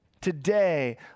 Today